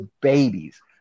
babies